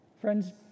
Friends